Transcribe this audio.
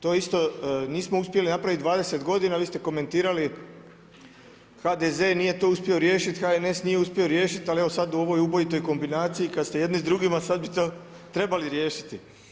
To nismo isto uspjeli napraviti 20 godina, vi ste komentirali HDZ nije to uspio riješiti, HNS nije uspio riješiti, ali evo sada u ovoj ubojitoj kombinaciji kada ste jedni s drugima sada bi to trebali riješiti.